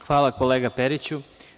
Hvala, kolega Periću.